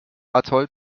atoll